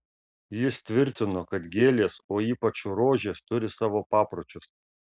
jis tvirtino kad gėlės o ypač rožės turi savo papročius